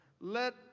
let